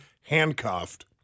handcuffed